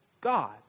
God